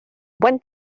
buen